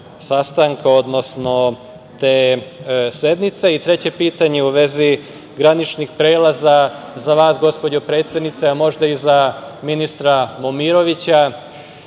odnosno te sednice? Treće pitanje u vezi graničnih prelaza za vas, gospođo predsednice, a možda i za ministra Momirovića